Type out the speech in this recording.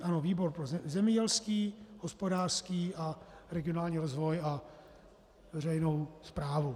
Ano, výbor zemědělský, hospodářský a regionální rozvoj a veřejnou správu.